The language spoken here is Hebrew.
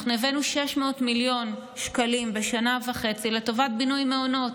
הבאנו 600 מיליון שקלים בשנה וחצי לטובת בינוי מעונות.